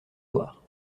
loire